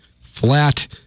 flat